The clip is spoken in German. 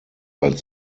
als